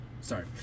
sorry